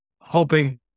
hoping